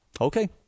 Okay